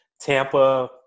Tampa